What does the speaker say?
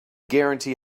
guarantee